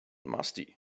musty